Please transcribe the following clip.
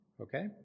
okay